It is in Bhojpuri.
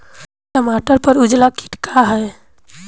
टमाटर पर उजला किट का है?